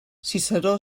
ciceró